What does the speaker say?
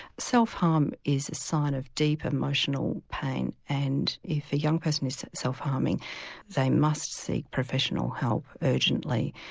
self-harm is a sign of deep emotional pain and if a young person is self-harming they must seek professional help urgently.